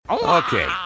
Okay